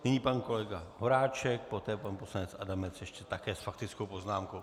Nyní pan kolega Horáček, poté pan poslanec Adamec ještě také s faktickou poznámkou.